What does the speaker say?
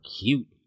cute